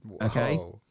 Okay